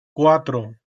cuatro